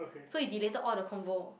so he deleted all the convo